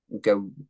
go